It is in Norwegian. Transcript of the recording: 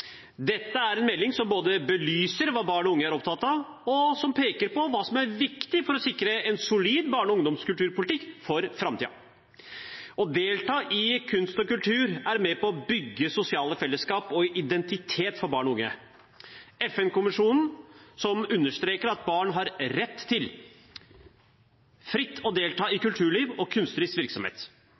Dette er en melding som både belyser hva barn og unge er opptatt av, og som peker på hva som er viktig for å sikre en solid barne- og ungdomskulturpolitikk for framtiden. Å delta i kunst og kultur er med på å bygge sosiale fellesskap og identitet for barn og unge. FN-konvensjonen understreker at barn har rett «til fritt å delta i kulturliv og kunstnerisk virksomhet».